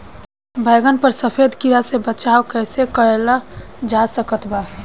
बैगन पर सफेद कीड़ा से कैसे बचाव कैल जा सकत बा?